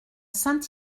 saint